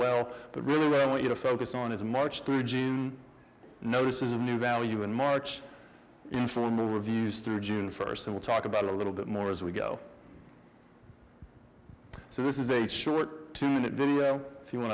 well but really i want you to focus on his march through june notices a new value in march from the reviews through june first so we'll talk about it a little bit more as we go so this is a short two minute video if you want